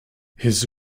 his